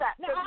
No